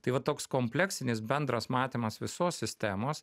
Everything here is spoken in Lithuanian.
tai va toks kompleksinis bendras matymas visos sistemos